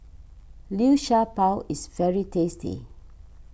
Liu Sha Bao is very tasty